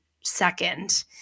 second